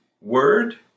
word